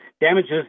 damages